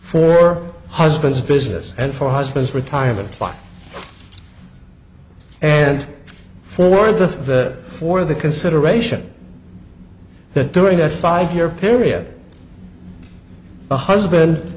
her husband's business and for husband's retirement plan and for the for the consideration that during that five year period the husband